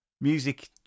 music